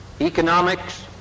economics